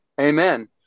amen